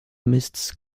mists